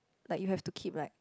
like you have to keep like